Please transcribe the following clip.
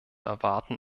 erwarten